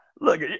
Look